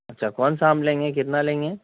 اچھا کون سا آپ لیں گے کتنا لیں گے